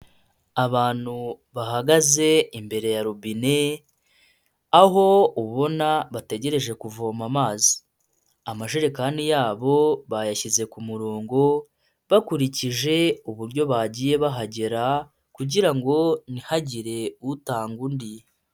Abantu bahagaze imbere ya robine aho ubona bategereje kuvoma amazi amajerekani yabo bayashyize kumurongo bakurikije uburyo bagiye bahagera kugira ngo ntihagire utanga undi.